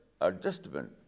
adjustment